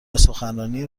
سخنرانی